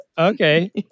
Okay